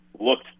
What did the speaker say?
looked